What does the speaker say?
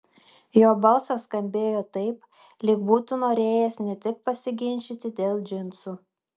jo balsas skambėjo taip lyg būtų norėjęs ne tik pasiginčyti dėl džinsų